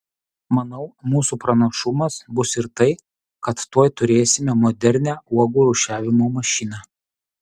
manau mūsų pranašumas bus ir tai kad tuoj turėsime modernią uogų rūšiavimo mašiną